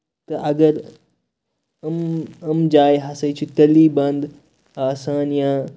تہٕ اَگر یِم یِم جایہِ ہسا چھِ تیٚلے بَند آسان یا